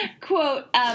Quote